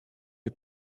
est